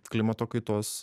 klimato kaitos